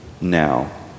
now